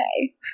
Okay